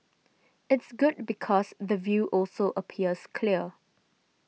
it's good because the view also appears clear